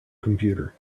computer